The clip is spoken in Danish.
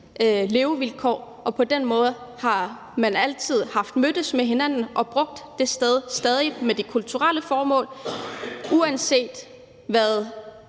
levevilkår, og på den måde har man altid haft mødtes med hinanden og brugt det sted, stadig med kulturelle formål. Uanset hvad